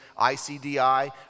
ICDI